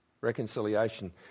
reconciliation